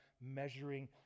measuring